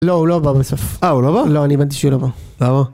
לא הוא לא עבר בסוף. אה הוא לא עבר? לא אני הבנתי שהוא לא עבר. למה?